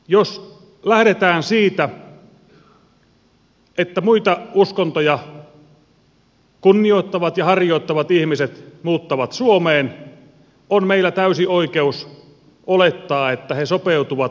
jos lähdetään siitä että muita uskontoja kunnioittavat ja harjoittavat ihmiset muuttavat suomeen on meillä täysi oikeus olettaa että he sopeutuvat meidän voimassa olevaan järjestelmään